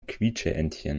quietscheentchen